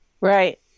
Right